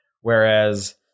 Whereas